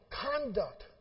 conduct